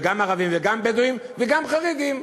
וגם ערבים וגם בדואים וגם חרדים.